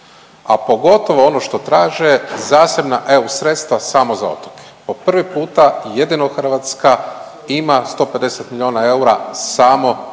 a pogotovo ono što traže zasebna eu sredstva samo za otoke. Po prvi puta jedino Hrvatska ima 150 milijuna eura samo za otoke.